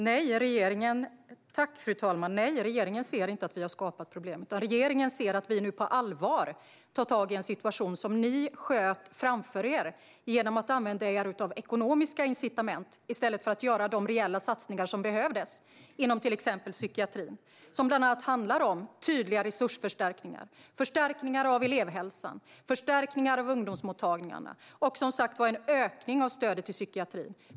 Fru talman! Nej, vi i regeringen ser inte att vi har skapat problem. Regeringen ser att vi nu på allvar tar tag i en situation som ni sköt framför er, Emma Henriksson, genom att använda er av ekonomiska incitament i stället för att göra de reella satsningar som behövdes inom till exempel psykiatrin. Det handlar bland annat om tydliga resursförstärkningar, förstärkningar av elevhälsan och förstärkningar av ungdomsmottagningarna. Det handlar som sagt även om en ökning av stödet till psykiatrin.